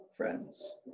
friends